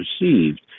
received